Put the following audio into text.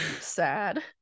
sad